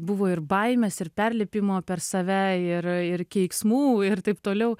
buvo ir baimės ir perlipimo per save ir ir keiksmų ir taip toliau